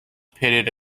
pitted